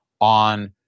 on